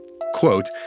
quote